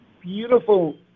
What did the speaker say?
beautiful